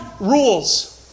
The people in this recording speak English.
rules